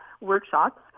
workshops